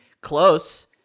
close